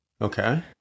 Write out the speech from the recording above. Okay